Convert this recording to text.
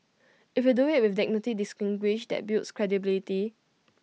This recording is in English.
if you do IT with dignity distinguished that builds credibility